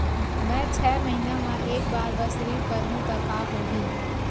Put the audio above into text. मैं छै महीना म एक बार बस ऋण करहु त का होही?